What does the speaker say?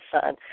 Son